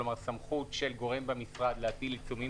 כלומר סמכות של גורם במשרד להטיל עיצומים